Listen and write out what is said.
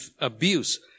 abuse